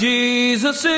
Jesus